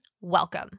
welcome